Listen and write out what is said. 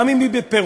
גם אם היא בפירוק,